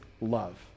love